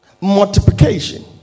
Multiplication